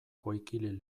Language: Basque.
koikili